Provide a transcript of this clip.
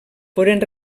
foren